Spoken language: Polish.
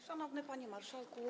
Szanowny Panie Marszałku!